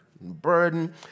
burden